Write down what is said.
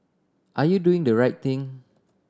are you doing the right thing